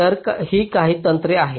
तर ही काही तंत्रे आहेत